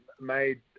made